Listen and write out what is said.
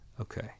Okay